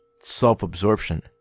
self-absorption